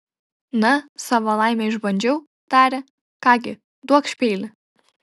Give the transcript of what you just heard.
na savo laimę išbandžiau tarė ką gi duokš peilį